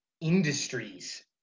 industries